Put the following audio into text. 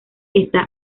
está